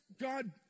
God